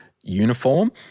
uniform